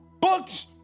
books